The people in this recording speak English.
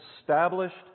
established